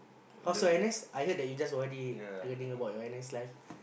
oh so I next I heard that you just O_R_D regarding about your N_S life